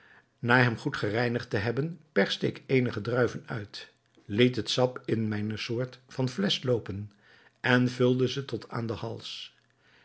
na hem goed gereinigd te hebben perste ik eenige druiven uit liet het sap in mijne soort van flesch loopen en vulde ze tot aan den hals